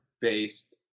based